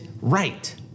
right